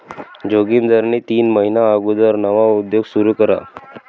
जोगिंदरनी तीन महिना अगुदर नवा उद्योग सुरू करा